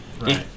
Right